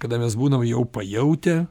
kada mes būnam jau pajautę